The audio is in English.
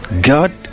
god